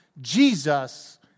Jesus